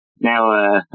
now